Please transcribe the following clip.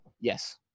Yes